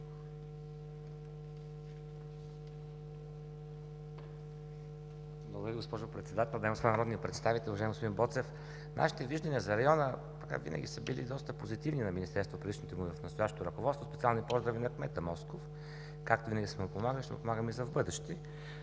Ви, госпожо Председател. Дами и господа народни представители, уважаеми господин Боцев, нашите виждания за района винаги са били доста позитивни – на Министерството в предишното му и в настоящето ръководство. Специални поздрави на кмета Москов. Какво винаги сме му помагали, ще му помагаме и за в бъдеще.